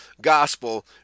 gospel